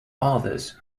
others